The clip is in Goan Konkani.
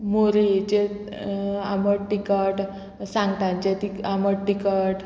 मोरयेचे आमट टिकट सांगटांचे आमट टिकट